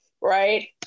Right